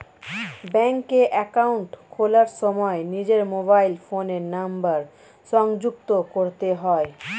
ব্যাঙ্কে অ্যাকাউন্ট খোলার সময় নিজের মোবাইল ফোনের নাম্বার সংযুক্ত করতে হয়